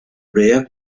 urea